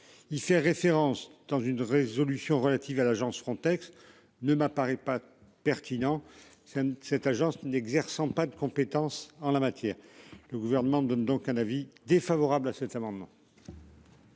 Il fait référence dans une résolution relative à l'agence Frontex ne m'apparaît pas pertinent. Ça ne cette agence n'exerçant pas de compétence en la matière. Le gouvernement donne donc un avis défavorable à cet amendement.